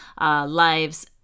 lives